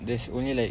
there's only like